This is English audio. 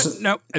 no